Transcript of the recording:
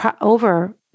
over